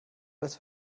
alles